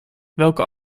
welke